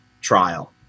trial